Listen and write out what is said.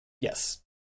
yes